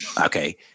Okay